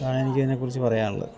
അതാണെനിക്ക് ഇതിനെക്കുറിച്ച് പറയാനുള്ളത്